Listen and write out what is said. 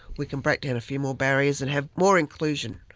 we can break down a few more barriers and have more inclusion,